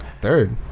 Third